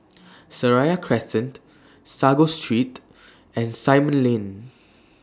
Seraya Crescent Sago Street and Simon Lane